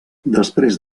després